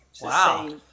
Wow